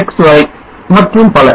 Mx மற்றும் பல